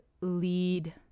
lead